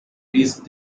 these